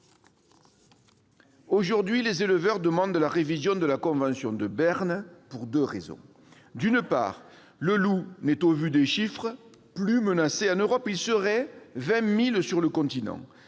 Aujourd'hui, les éleveurs demandent la révision de la convention de Berne pour deux raisons. D'une part, le loup n'est, au vu des chiffres, plus menacé en Europe : on en compterait 20 000 sur le continent.